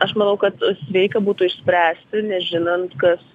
aš manau kad sveika būtų išspręsti nežinant kas